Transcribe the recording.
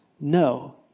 no